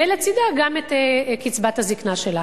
ולצדה גם את קצבת הזיקנה שלה.